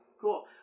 cool